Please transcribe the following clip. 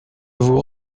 vous